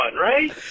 right